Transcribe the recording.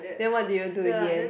then what do you do in the end